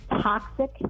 toxic